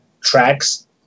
tracks